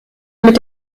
mit